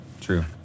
True